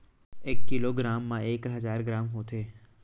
एक kilogram मा एक हजार ग्राम होथे